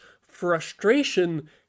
frustration